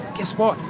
guess what?